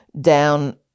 down